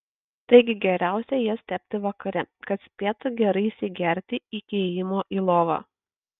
taigi geriausia jas tepti vakare kad spėtų gerai įsigerti iki ėjimo į lovą